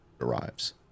arrives